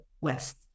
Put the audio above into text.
West